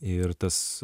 ir tas